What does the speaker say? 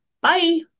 Bye